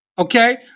Okay